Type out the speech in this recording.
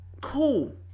cool